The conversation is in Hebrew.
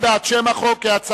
חברי הכנסת